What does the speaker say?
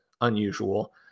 unusual